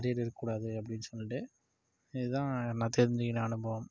arrear இருக்கக்கூடாது அப்படின்னு சொல்லிட்டு இதான் நான் தெரிஞ்சுக்கின அனுபவம்